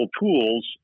tools